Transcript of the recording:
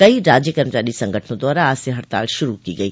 कई राज्य कर्मचारी संगठनों द्वारा आज से हड़ताल शुरू की गई